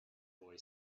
boy